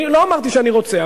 לא אמרתי שאני רוצה,